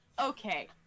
okay